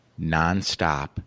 nonstop